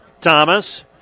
Thomas